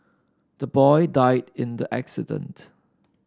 the boy died in the accident